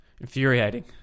Infuriating